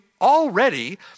already